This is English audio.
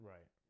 Right